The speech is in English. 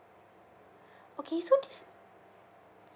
okay so this